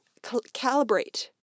calibrate